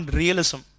realism